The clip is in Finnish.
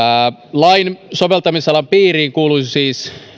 lain soveltamisalan piiriin kuuluisivat siis